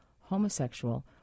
homosexual